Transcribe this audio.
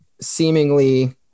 seemingly